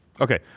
Okay